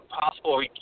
possible